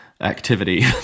activity